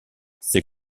ses